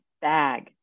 bag